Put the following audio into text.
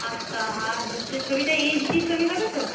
আচ্ছা আর হচ্ছে ছবিটা এইচ ডি ছবি হবে তো